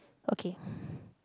okay